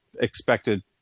expected